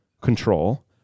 Control